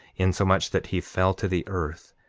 insomuch that he fell to the earth.